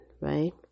Right